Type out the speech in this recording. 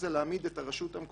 זה יהיה להעמיד את ראש הרשות,